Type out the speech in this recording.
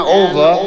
over